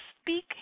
Speak